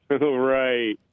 Right